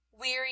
Weary